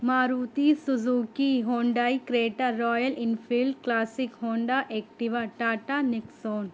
Maruti Suzuki Hyundai Creta Royal Enfield classic Honda Activa Tata nixon